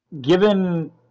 given